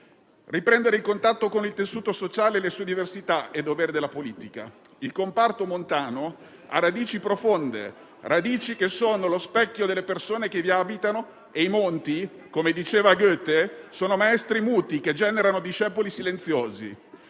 Riprendere il contatto con il tessuto sociale e le sue diversità è dovere della politica. Il comparto montano ha radici profonde, radici che sono lo specchio delle persone che vi abitano, e i monti - come diceva Goethe - sono maestri muti che generano discepoli silenziosi.